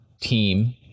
team